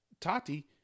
Tati